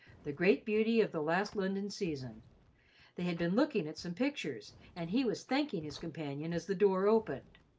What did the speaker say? the great beauty of the last london season they had been looking at some pictures, and he was thanking his companion as the door opened.